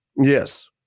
Yes